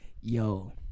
yo